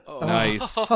Nice